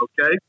Okay